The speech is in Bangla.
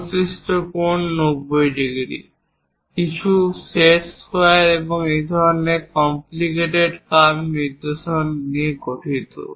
অবশিষ্ট কোণ 90 ডিগ্রী কিছু সেট স্কোয়ার এই ধরনের কমপ্লিকেটেট কার্ভ নিদর্শন নিয়ে গঠিত